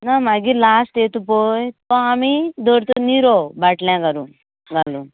ना मागीर लास्ट येता पळय तो दवरता निरो बाटल्या घालून